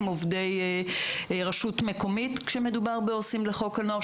הם עובדי רשות מקומית כשמדובר בעו"סים לחוק הנוער,